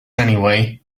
anyway